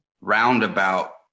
roundabout